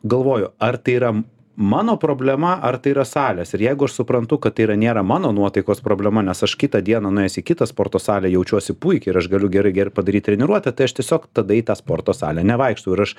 galvoju ar tai yra mano problema ar tai yra salės ir jeigu aš suprantu kad tai yra nėra mano nuotaikos problema nes aš kitą dieną nuėjęs į kitą sporto salę jaučiuosi puikiai ir aš galiu gerai gerai padaryt treniruotę tai aš tiesiog tada į tą sporto salę nevaikštau ir aš